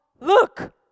look